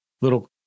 little